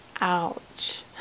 ouch